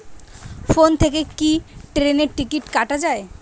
Phone থেকে কি ট্রেনের টিকিট কাটা য়ায়?